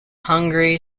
hungry